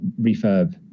refurb